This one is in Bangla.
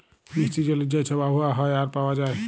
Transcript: মিষ্টি জলের যে ছব আবহাওয়া হ্যয় আর পাউয়া যায়